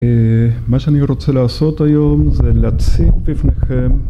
מה שאני רוצה לעשות היום זה להציג בפניכם